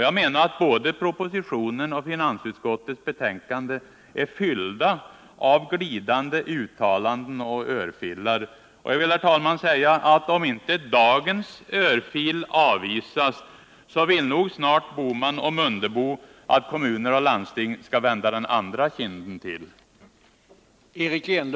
Jag menar att både propositionen och finansutskottets betänkande är fyllda av glidande uttalanden och örfilar. Och jag vill, herr talman, säga att om inte dagens örfil avvisas så vill nog snart Gösta Bohman och Ingemar Mundebo att kommuner och landsting skall vända den andra kinden till.